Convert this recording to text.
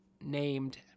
named